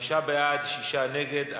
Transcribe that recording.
חמישה בעד, שישה נגד.